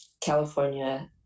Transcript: California